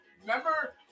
Remember